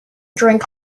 drink